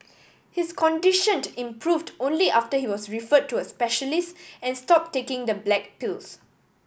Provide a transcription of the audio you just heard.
his conditioned improved only after he was referred to a specialist and stop taking the black pills